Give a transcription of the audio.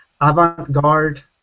avant-garde